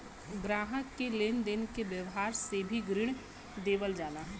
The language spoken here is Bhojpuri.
ग्राहक के लेन देन के व्यावहार से भी ऋण देवल जाला